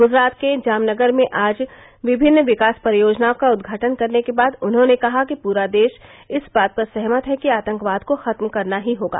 गुजरात के जामनगर में आज विभिन्न विकास परियोजनाओं का उद्घाटन करने के बाद उन्होंने कहा कि पूरा देश इस बात पर सहमत है कि आंतकवाद को खत्म करना ही होगा